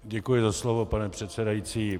Děkuji za slovo, pane předsedající.